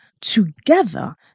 together